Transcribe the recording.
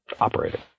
operating